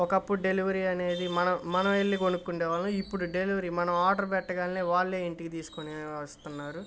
ఒకప్పుడు డెలివరీ అనేది మనం మనమెళ్ళి కొనుకుండే వాళ్ళం ఇప్పుడు డెలివరీ మనం ఆర్డర్ పెట్టగానే వాళ్ళే ఇంటికి తీసుకొని వస్తన్నారు